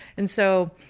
and so,